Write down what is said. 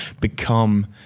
become